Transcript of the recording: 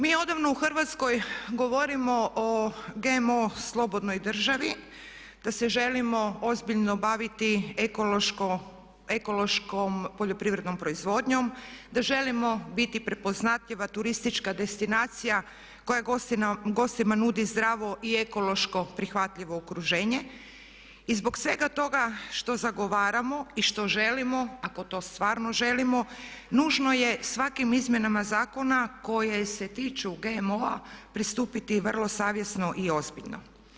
Mi odavno u Hrvatskoj govorimo o GMO slobodnoj državi, da se želimo ozbiljno baviti ekološkom poljoprivrednom proizvodnjom, da želimo biti prepoznatljiva turistička destinacija koja gostima nudi zdravo i ekološki prihvatljivo okruženje i zbog svega toga što zagovaramo i što želimo, ako to stvarno želimo, nužno je svakim izmjenama zakona koje se tiču GMO-a pristupiti vrlo savjesno i ozbiljno.